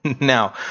Now